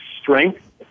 strength